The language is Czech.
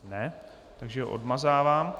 Ne, takže odmazávám.